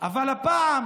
אבל הפעם